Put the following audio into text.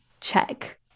check